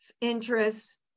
interests